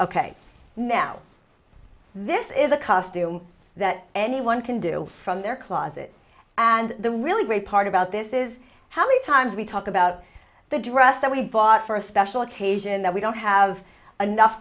ok now this is a costume that anyone can do from their closet and the really great part about this is how many times we talk about the dress that we bought for a special occasion that we don't have enough